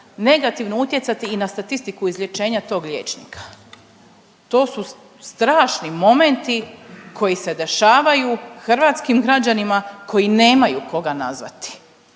negativno utjecati i na statistiku izlječenja tog liječnika. To su strašni momenti koji se dešavaju hrvatskim građanima koji nemaju koga nazvati